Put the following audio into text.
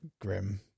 grim